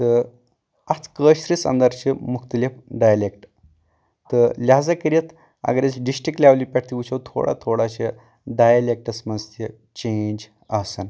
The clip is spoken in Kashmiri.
تہٕ اتھ کٲشرِس انٛدر چھِ مُختلف ڈایلیٚکٹ تہٕ لہٰزا کٔرتھ اگر أسۍ ڈسٹرک لیولہِ پٮ۪ٹھ تہِ وٕچھو تھوڑا تھوڑا چھ ڈایلیٚکٹس منٛز تہِ چینج آسان